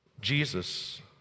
Jesus